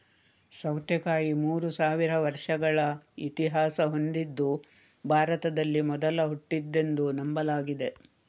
ಸೌತೆಕಾಯಿ ಮೂರು ಸಾವಿರ ವರ್ಷಗಳ ಇತಿಹಾಸ ಹೊಂದಿದ್ದು ಭಾರತದಲ್ಲಿ ಮೊದಲು ಹುಟ್ಟಿದ್ದೆಂದು ನಂಬಲಾಗಿದೆ